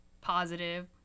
positive